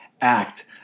act